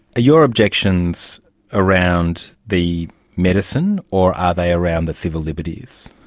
your objections around the medicine or are they around the civil liberties?